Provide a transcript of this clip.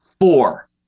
four